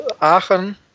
Aachen